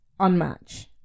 Unmatch